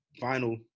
Final